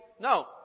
No